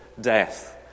death